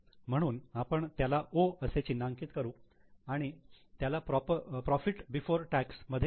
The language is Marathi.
म्हणून आपण त्याला 'O' असे चिन्हांकित करू आणि त्याला प्रॉफिट बिफोर टॅक्स मध्ये जडू